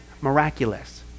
Miraculous